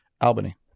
Albany